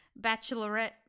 bachelorette